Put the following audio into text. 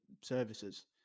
services